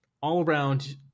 all-around